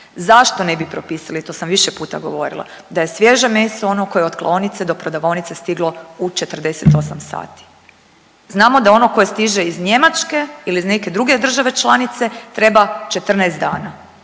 Zašto ne bi propisali, to sam više puta govorila, da je svježe meso ono koje od klaonice do prodavaonice stiglo u 48 sati? Znamo da ono koje stiže iz Njemačke ili iz neke druge države članice treba 14 dana,